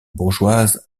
bourgeoise